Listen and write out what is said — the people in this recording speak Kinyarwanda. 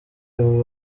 abo